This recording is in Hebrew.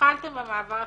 התחלתם במעבר התפיסתי,